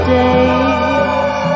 days